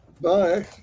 Bye